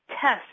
test